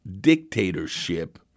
dictatorship